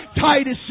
Titus